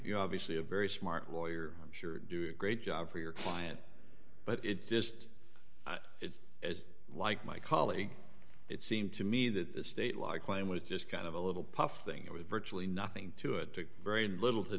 you obviously a very smart lawyer i'm sure do a great job for your client but it just as like my colleague it seemed to me that the state law i claim was just kind of a little puff thing it was virtually nothing to it took very little to